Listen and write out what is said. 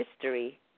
history